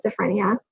schizophrenia